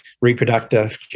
reproductive